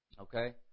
Okay